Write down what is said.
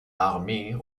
armee